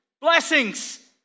Blessings